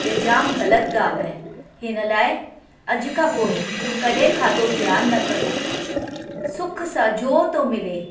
इहो जाम ग़लति गाल्हि आहे हिन लाइ अॼु खां पोइ कॾहिं खाधो ज़ियान न करो सुख सां जो थो मिले